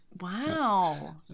Wow